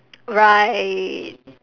right